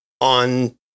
on